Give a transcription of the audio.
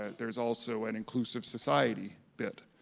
ah there's also an inclusive society bit,